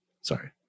sorry